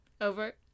Over